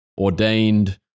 ordained